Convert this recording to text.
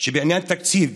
שבעניין התקציב